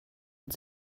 und